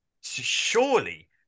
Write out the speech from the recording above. surely